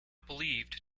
believed